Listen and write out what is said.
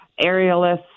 aerialists